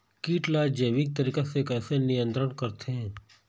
कीट ला जैविक तरीका से कैसे नियंत्रण करथे?